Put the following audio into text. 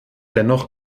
dennoch